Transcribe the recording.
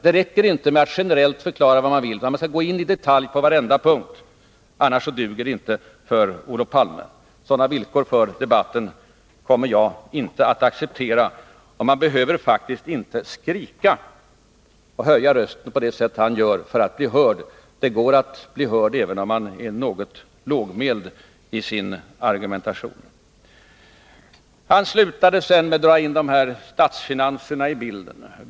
Det räcker inte med att generellt förklara vad man vill, utan man skall gå in i detalj på varenda punkt — annars duger det inte för Olof Palme. Sådana villkor för debatten kommer jag inte att acceptera. Och man behöver faktiskt inte skrika och höja rösten på det sätt som Olof Palme gör för att bli hörd. Det går att bli hörd, även om man är något lågmäld i sin argumentation. Olof Palme avslutade med att dra in statsfinanserna i bilden.